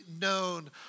known